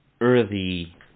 earthy